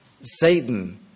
Satan